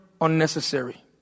unnecessary